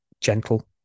gentle